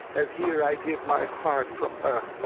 as here i give my heart from her,